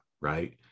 right